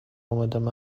آمدم